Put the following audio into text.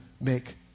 make